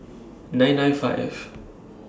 nine nine five